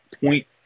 point